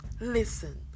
Listen